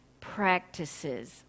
practices